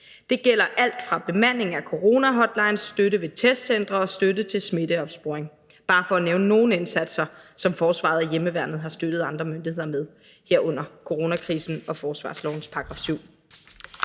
Det gælder alt fra bemanding af coronahotlines, støtte ved testcentre til støtte ved smitteopsporing – bare for at nævne nogle indsatser, som forsvaret og hjemmeværnet har støttet andre myndigheder med her under coronakrisen og efter forsvarslovens § 7.